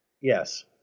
Yes